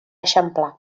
eixamplar